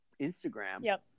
Instagram